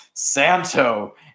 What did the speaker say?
santo